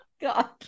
god